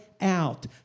out